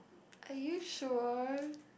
are you sure